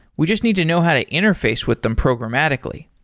we just need to know how to interface with them programmatically.